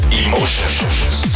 emotions